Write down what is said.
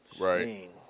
Right